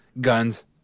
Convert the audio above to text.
Guns